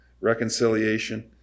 reconciliation